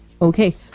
okay